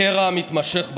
הקרע המתמשך בעם,